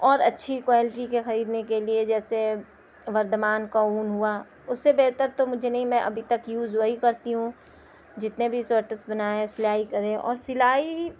اور اچھی کوالٹی کے خریدنے کے لیے جیسے وردھمان کا اون ہوا اس سے بہتر تو مجھے نہیں میں ابھی تک یوز وہی کرتی ہوں جتنے بھی سوئیٹرس بنائے ہیں سلائی کرے ہیں اور سلائی